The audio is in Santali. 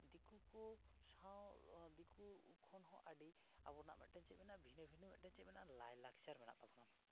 ᱫᱤᱠᱩ ᱠᱚ ᱥᱟᱶ ᱫᱤᱠᱩ ᱠᱷᱚᱱ ᱦᱚᱸ ᱟᱹᱰᱤ ᱟᱵᱚᱱᱟᱜ ᱢᱤᱫᱴᱮᱱ ᱪᱮᱫ ᱢᱮᱱᱟᱜᱼᱟ ᱵᱷᱤᱱᱟᱹ ᱵᱷᱤᱱᱟᱹ ᱪᱮᱫ ᱢᱮᱱᱟᱜᱼᱟ ᱞᱟᱭᱼᱞᱟᱠᱪᱟᱨ ᱢᱮᱱᱟᱜ ᱛᱟᱵᱚᱱᱟ